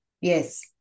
Yes